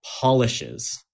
polishes